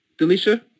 Delisha